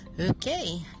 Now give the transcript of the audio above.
Okay